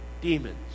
demons